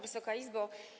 Wysoka Izbo!